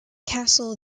castle